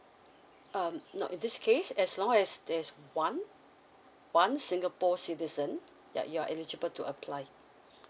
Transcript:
um now in this case as long as there's one one singapore citizen yeah you're eligible to apply